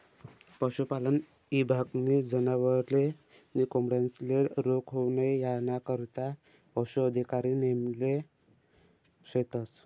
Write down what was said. पशुपालन ईभागनी जनावरे नी कोंबड्यांस्ले रोग होऊ नई यानाकरता पशू अधिकारी नेमेल शेतस